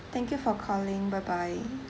thank you for calling bye bye